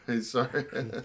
sorry